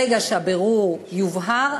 ברגע שהבירור יובהר,